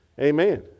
Amen